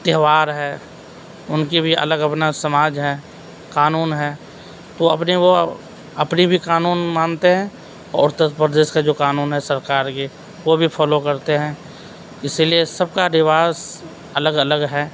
تہوار ہے ان کی بھی الگ اپنا سماج ہے قانون ہے تو اپنی وہ اپنی بھی قانون مانتے ہیں اتّر پردیس کا جو قانون ہے سرکار کی وہ بھی فالو کرتے ہیں اسی لیے سب کا رواج الگ الگ ہے